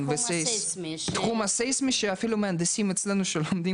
תחום סיסמי שאפילו מהנדסים אצלנו שלומדים